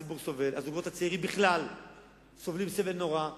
הזוגות הצעירים בכלל סובלים סבל נורא.